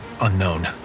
unknown